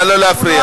נא לא להפריע.